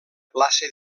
plaça